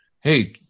hey